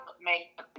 make